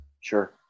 Sure